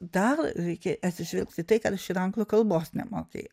dar reikia atsižvelgt į tai kad ir anglų kalbos nemokėjau